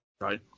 Right